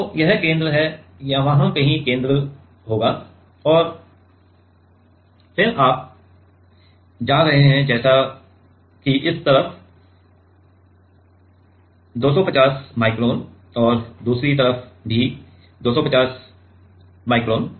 तो यह केंद्र है वहां कहीं केंद्र होगा और फिर आप जा रहे है जैसे कि इस तरफ 250 माइक्रोन और दूसरी तरफ भी 250 माइक्रोन